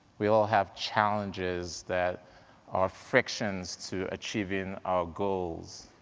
we all have challenges that are frictions to achieving our goals.